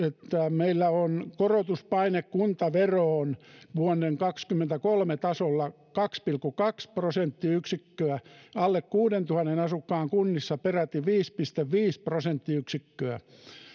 meillä on korotuspaine kuntaveroon vuoden kaksikymmentäkolme tasolla kaksi pilkku kaksi prosenttiyksikköä alle kuuteentuhanteen asukkaan kunnissa peräti viisi pilkku viisi prosenttiyksikköä